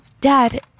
dad